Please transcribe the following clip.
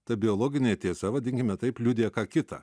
ta biologinė tiesa vadinkime taip liudija ką kita